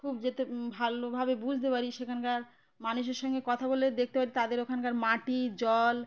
খুব যেতে ভালোভাবে বুঝতে পারি সেখানকার মানুষের সঙ্গে কথা বলে দেখতে পারি তাদের ওখানকার মাটি জল